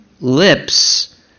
lips